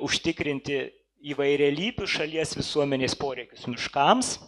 užtikrinti įvairialypius šalies visuomenės poreikius miškams